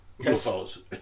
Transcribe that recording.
Yes